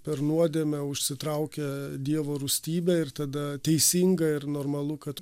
per nuodėmę užsitraukia dievo rūstybę ir tada teisinga ir normalu kad